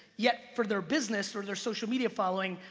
yet for their business, or their social media following,